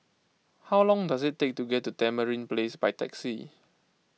how long does it take to get to Tamarind Place by taxi